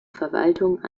verwaltung